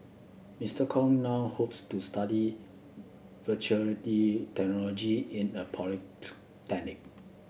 Mister Kong now hopes to study veterinary technology in a